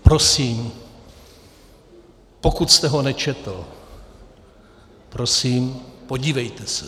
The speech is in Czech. Prosím, pokud jste ho nečetl, prosím, podívejte se do něj.